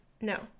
No